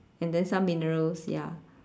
and then some minerals ya